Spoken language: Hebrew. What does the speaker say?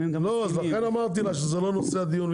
לכן אמרתי לה שזה לא נושא הדיון,